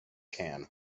can